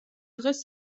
დღეს